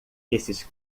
esses